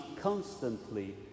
constantly